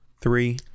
three